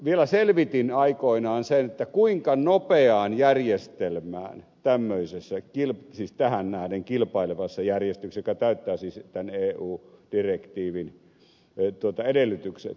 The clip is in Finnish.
vielä selvitin aikoinani sen kuinka nopeaan järjestelmään päästään tähän nähden kilpailevassa järjestelmässä joka täyttää tämän eu direktiivin edellytykset